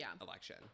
election